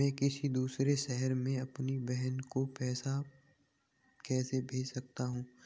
मैं किसी दूसरे शहर से अपनी बहन को पैसे कैसे भेज सकता हूँ?